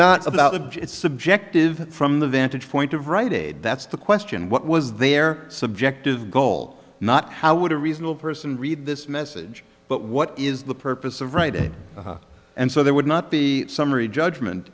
not about the subjective from the vantage point of writing that's the question what was their subjective goal not how would a reasonable person read this message but what is the purpose of writing and so there would not be summary judgment